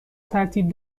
ترتیب